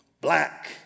black